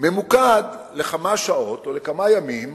ממוקד לכמה שעות או לכמה ימים